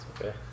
okay